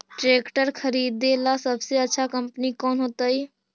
Tractor खरीदेला सबसे अच्छा कंपनी कौन होतई?